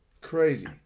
crazy